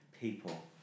People